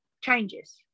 changes